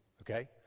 Okay